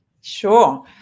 Sure